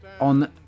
On